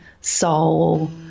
soul